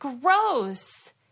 Gross